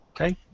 Okay